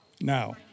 Now